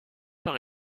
par